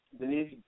Denise